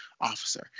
officer